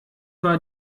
war